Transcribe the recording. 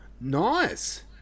Nice